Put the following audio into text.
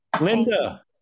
Linda